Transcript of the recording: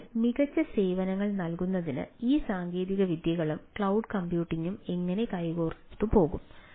അതിനാൽ മികച്ച സേവനങ്ങൾ നൽകുന്നതിന് ഈ സാങ്കേതികവിദ്യകളും ക്ലൌഡ് കമ്പ്യൂട്ടിംഗും എങ്ങനെ കൈകോർത്തുപോകും